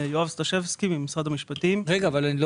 יואב סטשבסקי ממשרד המשפטים.